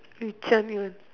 which one you want